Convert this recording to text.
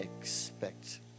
expect